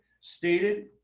stated